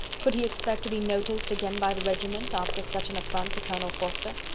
could he expect to be noticed again by the regiment, after such an affront to colonel forster?